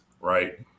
Right